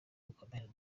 bukomeye